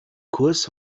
kurs